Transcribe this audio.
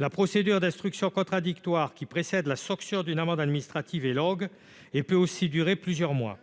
La procédure d'instruction contradictoire précédant le prononcé d'une amende administrative est longue- elle aussi peut durer plusieurs mois.